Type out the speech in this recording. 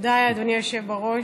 תודה, אדוני היושב-ראש.